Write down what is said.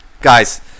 Guys